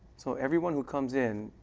so everyone would comes in,